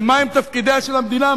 מהם תפקידיה של המדינה?